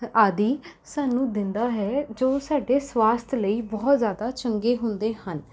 ਆਦਿ ਸਾਨੂੰ ਦਿੰਦਾ ਹੈ ਜੋ ਸਾਡੇ ਸਵਾਸਥ ਲਈ ਬਹੁਤ ਜ਼ਿਆਦਾ ਚੰਗੇ ਹੁੰਦੇ ਹਨ